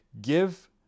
give